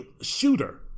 shooter